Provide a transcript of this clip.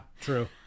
true